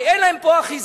הרי אין להם פה אחיזה.